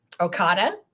Okada